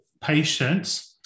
patients